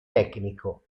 tecnico